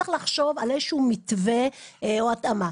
צריך לחשוב על איזשהו מתווה או התאמה.